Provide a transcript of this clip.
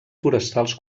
forestals